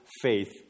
faith